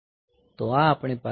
તે બધા કોમ્પલીમેંટ છે